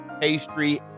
pastry